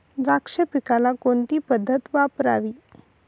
द्राक्ष पिकाला कोणती पद्धत वापरावी?